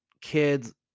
kids